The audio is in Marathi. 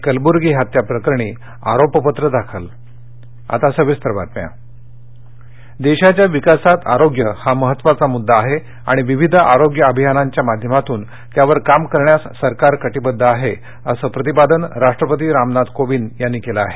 कलबूर्गी हत्या प्रकरणी आरोपपत्र दाखल राष्ट्रपती देशाच्या विकासात आरोग्य हा महत्त्वाचा मुद्दा आहे आणि विविध आरोग्य अभियानांच्या माध्यमातून त्यावर काम करण्यास सरकार कटिबद्ध आहे असं प्रतिपादन राष्ट्रपती रामनाथ कोविंद यांनी केलं आहे